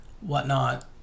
whatnot